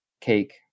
cake